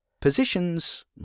Positions